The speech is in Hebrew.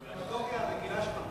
הדמגוגיה הרגילה שלך.